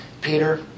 Peter